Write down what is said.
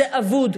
זה אבוד,